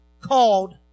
called